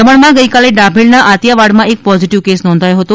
દમણમાં ગઈકાલે ડાભેળના આતિયાવાડમાં એક પોઝિટિવ કેસ નોંધાયો હતો